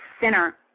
center